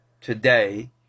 today